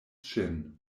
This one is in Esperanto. ŝin